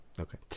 Okay